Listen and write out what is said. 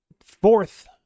fourth